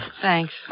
Thanks